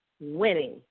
winning